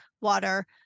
water